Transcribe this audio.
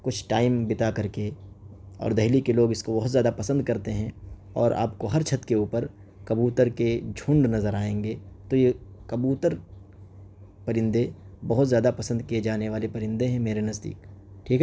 کچھ ٹائم بتا کر کے اور دہلی کے لوگ اس کو بہت زیادہ پسند کرتے ہیں اور آپ کو ہر چھت کے اوپر کبوتر کے جھنڈ نظر آئیں گے تو یہ کبوتر پرندے بہت زیادہ پسند کیے جانے والے پرندے ہیں میرے نزدیک ٹھیک ہے